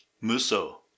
Muso